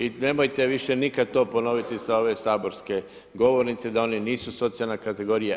I nemojte više nikad to ponoviti sa ove saborske govornice da one nisu socijalna kategorija.